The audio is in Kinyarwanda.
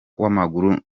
w’amaguru